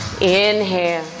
Inhale